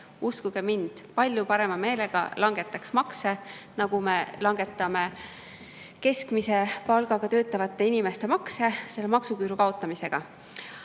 Uskuge mind, palju parema meelega langetaks makse, nagu me langetame keskmise palgaga töötavate inimeste makse maksuküüru kaotamisega.